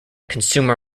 consumer